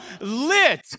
lit